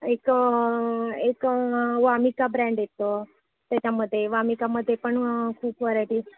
एक एक वामिका ब्रँड येतं त्याच्यामध्ये वामिकामध्ये पण खूप व्हरायटीज